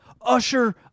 Usher